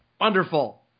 Wonderful